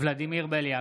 ולדימיר בליאק,